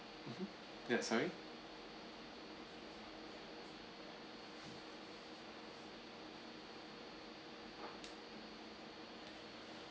mmhmm ya sorry